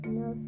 no